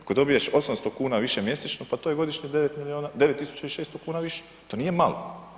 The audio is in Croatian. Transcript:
Ako dobiješ 800 kuna više mjesečno pa to je godišnje 9600 kuna više, to nije malo.